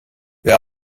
wer